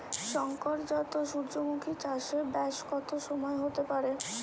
শংকর জাত সূর্যমুখী চাসে ব্যাস কত সময় হতে পারে?